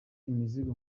imizigo